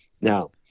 Now